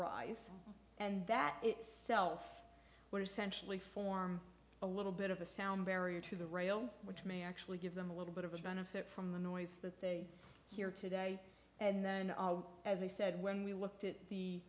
essentially form a little bit of a sound barrier to the rail which may actually give them a little bit of a benefit from the noise that they hear today and then as i said when we looked at the